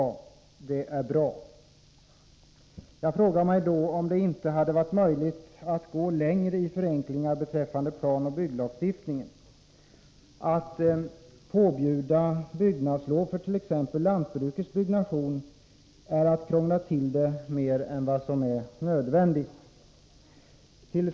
Dessa åtgärder är bra, men jag frågar mig om det inte hade varit möjligt att gå längre i förenklingarna av planoch bygglagstiftningen. Att påbjuda byggnadslov för t.ex. lantbrukets byggnation är att krångla till det mer än nödvändigt.